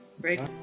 Great